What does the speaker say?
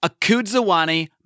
Akudzawani